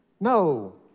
No